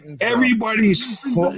everybody's